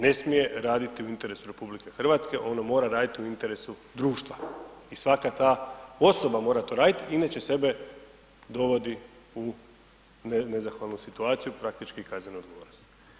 Ne smije raditi u interesu RH, ono mora raditi u interesu društva i svaka ta osoba mora to raditi, inače sebe dovodi u nezahvalnu situaciju, praktički kazneno djelo.